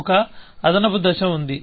ఒక అదనపు దశ ఉంది